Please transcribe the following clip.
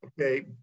Okay